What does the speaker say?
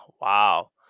wow